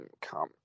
come